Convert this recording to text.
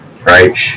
right